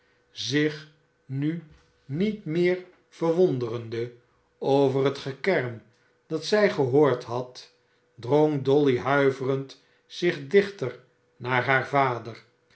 zich nu niet meer verwonderende over het gekerm dat zij gehoord had drong dolly huiverend zich dichter bij haar vader